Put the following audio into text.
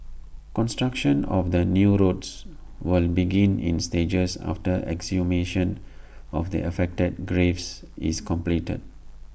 construction of the new road will begin in stages after exhumation of the affected graves is completed